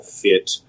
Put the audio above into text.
fit